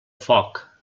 foc